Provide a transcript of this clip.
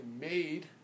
made